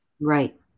Right